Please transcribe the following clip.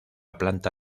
planta